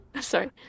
Sorry